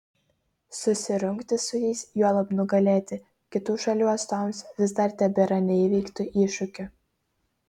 susirungti su jais juolab nugalėti kitų šalių atstovams vis dar tebėra neįveiktu iššūkiu